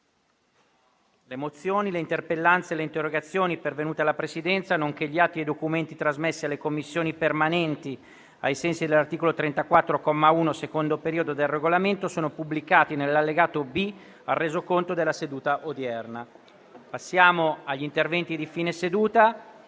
Le mozioni, le interpellanze e le interrogazioni pervenute alla Presidenza, nonché gli atti e i documenti trasmessi alle Commissioni permanenti ai sensi dell'articolo 34, comma 1, secondo periodo, del Regolamento sono pubblicati nell'allegato B al Resoconto della seduta odierna. **Ordine del giorno per la seduta